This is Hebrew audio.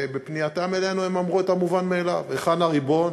בפנייתם אלינו הם אמרו את המובן מאליו: היכן הריבון?